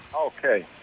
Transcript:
Okay